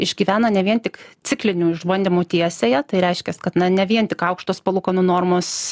išgyvena ne vien tik ciklinių išbandymų tiesiąją tai reiškias kad na ne vien tik aukštos palūkanų normos